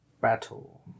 battle